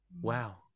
Wow